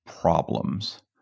problems